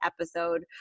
episode